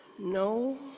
No